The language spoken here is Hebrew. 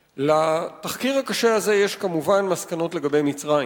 לתחקיר הקשה הזה יש כמובן מסקנות לגבי מצרים.